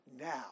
Now